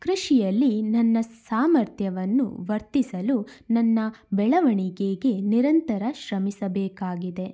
ಕೃಷಿಯಲ್ಲಿ ನನ್ನ ಸಾಮರ್ಥ್ಯವನ್ನು ವರ್ತಿಸಲು ನನ್ನ ಬೆಳವಣಿಗೆಗೆ ನಿರಂತರ ಶ್ರಮಿಸಬೇಕಾಗಿದೆ